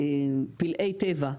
שני, יש לנו שני פלאי טבע: